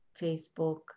Facebook